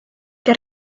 que